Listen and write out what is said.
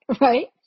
right